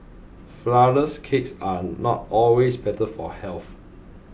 Flourless Cakes are not always better for health